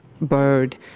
bird